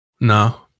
No